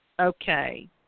Okay